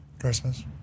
Christmas